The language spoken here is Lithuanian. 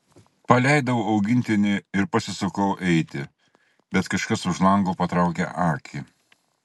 paleidau augintinį ir pasisukau eiti bet kažkas už lango patraukė akį